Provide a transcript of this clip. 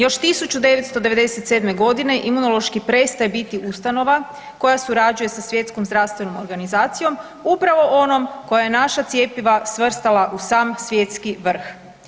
Još 1997. g. Imunološki prestaje biti ustanova koja surađuje sa Svjetskom zdravstvenom organizacijom, upravo onom koja je naša cjepiva svrstala u sam svjetski vrh.